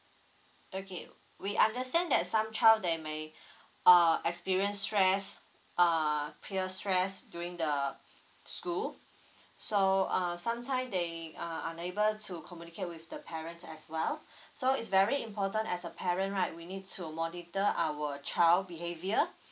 okay we understand that some child they may uh experience stress uh peer stress during the school so uh sometime they are unable to communicate with the parents as well so is very important as a parent right we need to monitor our child behaviour